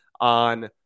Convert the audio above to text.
on